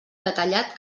detallat